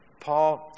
Paul